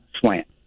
slant